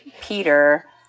Peter